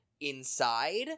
inside